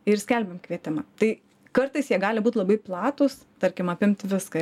ir skelbiam kvietimą tai kartais jie gali būt labai platūs tarkim apimt viską